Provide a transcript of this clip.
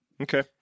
okay